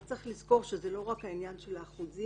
רק צריך לזכור שזה לא רק העניין של האחוזים,